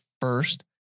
first